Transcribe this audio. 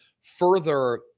further